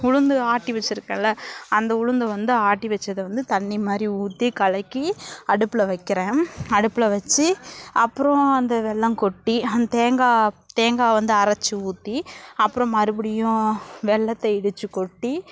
உளுந்து ஆட்டி வச்சிருக்கேனில்ல அந்த உளுந்தை வந்து ஆட்டி வச்சதை வந்து தண்ணி மாதிரி ஊற்றி கலக்கி அடுப்பில் வைக்கிறேன் அடுப்பில் வச்சு அப்றம் அந்த வெல்லம் கொட்டி அந்த தேங்காய் தேங்காவை வந்து அரைச்சி ஊற்றி அப்றம் மறுபடியும் வெல்லத்தை இடித்துக் கொட்டி